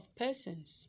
persons